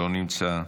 לא נמצא.